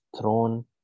throne